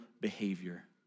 behavior